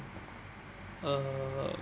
uh